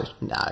no